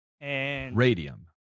Radium